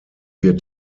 wird